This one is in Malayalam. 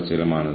ജീവനക്കാർ